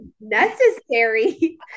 necessary